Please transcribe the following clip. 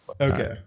okay